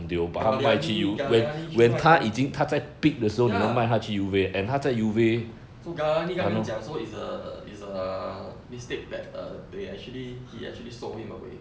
galani galani 去卖 ya so galani 跟他们讲说 is a is a mistake that uh they actually they actually he actually sold him away